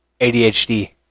ADHD